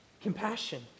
Compassion